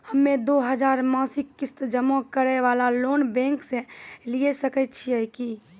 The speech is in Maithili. हम्मय दो हजार मासिक किस्त जमा करे वाला लोन बैंक से लिये सकय छियै की?